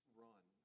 run